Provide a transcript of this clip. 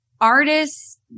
artists